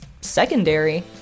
secondary